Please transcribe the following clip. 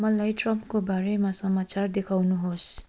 मलाई ट्रम्पको बारेमा समाचार देखाउनुहोस्